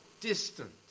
distant